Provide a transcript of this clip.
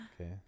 Okay